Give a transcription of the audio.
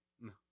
No